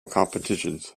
competitions